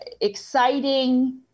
exciting